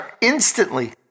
instantly